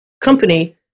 company